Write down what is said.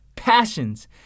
passions